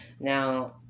Now